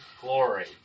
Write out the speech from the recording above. Glory